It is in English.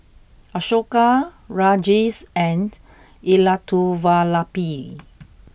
Ashoka Rajesh and Elattuvalapil